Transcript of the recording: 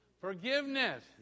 Forgiveness